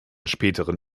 späteren